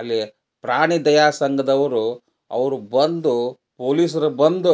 ಅಲ್ಲಿ ಪ್ರಾಣಿದಯಾ ಸಂಘದವರು ಅವರು ಬಂದು ಪೋಲಿಸ್ರು ಬಂದು